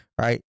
Right